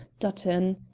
dutton.